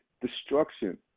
Destruction